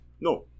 No